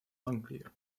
unclear